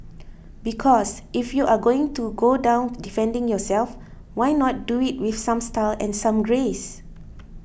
because if you are going to go down defending yourself why not do it with some style and some grace